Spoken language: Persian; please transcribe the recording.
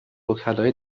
وکلای